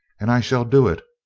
and i shall do it,